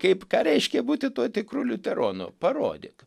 kaip ką reiškia būti tuo tikru liuteronu parodyk